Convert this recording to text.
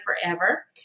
forever